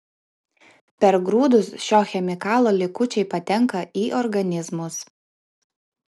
per grūdus šio chemikalo likučiai patenka į organizmus